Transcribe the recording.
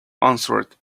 answered